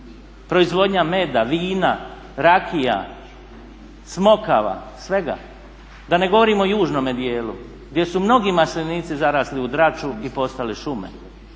proizvodnja meda, vina, rakija, smokava, svega. Da ne govorim o južnome dijelu gdje su mnogi maslinici zarasli u draču i postali šume